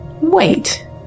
Wait